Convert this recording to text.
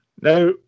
now